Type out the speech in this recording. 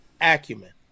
acumen